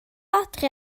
adre